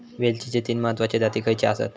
वेलचीचे तीन महत्वाचे जाती खयचे आसत?